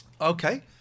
Okay